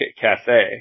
Cafe